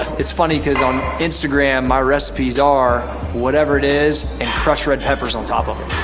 it's funny cause on instagram my recipes are whatever it is, and crushed red peppers on top of it.